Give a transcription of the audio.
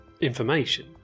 information